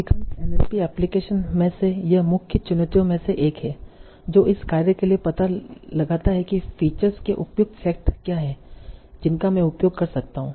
अधिकांश NLP application में से यह मुख्य चुनौतियों में से एक है जो इस कार्य के लिए पता लगाता है कि फीचर्स के उपयुक्त सेट क्या हैं जिनका मैं उपयोग कर सकता हूं